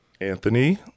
Anthony